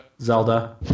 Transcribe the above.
Zelda